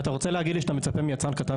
אתה רוצה להגיד לי שאתה מצפה מיצרן קטן